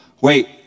Wait